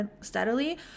steadily